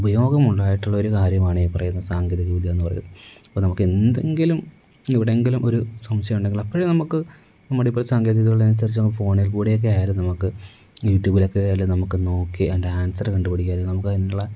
ഉപയോഗമുണ്ടായിട്ടുള്ള ഒരു കാര്യമാണ് ഈ പറയുന്ന സാങ്കേതിക വിദ്യ എന്ന് പറയുന്നത് ഇപ്പോൾ നമുക്ക് എന്തെങ്കിലും എവിടെയെങ്കിലും ഒരു സംശയം ഉണ്ടെങ്കിൽ അപ്പഴേ നമുക്ക് നമ്മുടെ ഇപ്പോൾ സാങ്കേതികവിദ്യകൾ അനുസരിച്ച് നമുക്ക് ഫോണിൽ കൂടെ ഒക്കെ ആയാലും നമുക്ക് യൂറ്റൂബിലൊക്കെ ആയാലും നമുക്ക് നോക്കി അതിൻ്റെ ആൻസറ് കണ്ടുപിടിക്കാനും നമുക്ക് അതിനുള്ള